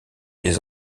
des